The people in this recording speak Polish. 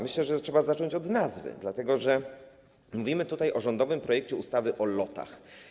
Myślę, że trzeba zacząć od nazwy, dlatego że mówimy tutaj o rządowym projekcie ustawy o lotach.